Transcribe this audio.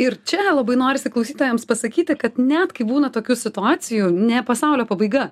r čia labai norisi klausytojams pasakyti kad net kai būna tokių situacijų ne pasaulio pabaiga